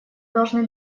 должны